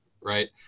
right